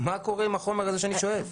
מה קורה עם החומר הזה שאני שואף?